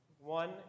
One